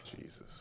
jesus